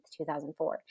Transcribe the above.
2004